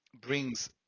brings